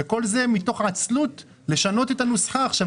וכל זה מתוך עצלות לשנות את הנוסחה עכשיו,